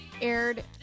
aired